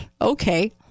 Okay